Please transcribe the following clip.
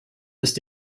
ist